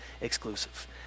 exclusive